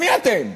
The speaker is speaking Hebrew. מי אתם?